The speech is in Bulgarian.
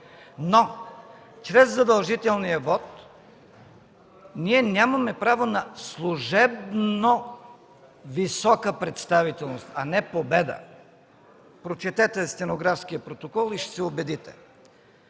Но чрез задължителния вот ние нямаме право на служебно висока представителност, а не победа. Прочетете стенографския протокол и ще се убедите.